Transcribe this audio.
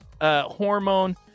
hormone